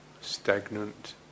stagnant